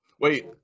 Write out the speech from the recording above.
Wait